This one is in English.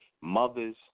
mothers